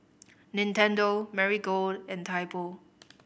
Nintendo Marigold and Typo